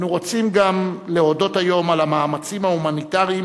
אנו רוצים להודות היום גם על המאמצים ההומניטריים